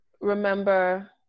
remember